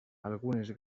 algunes